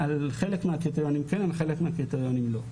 על חלק מהקריטריונים כן, על חלק מהקריטריונים לא.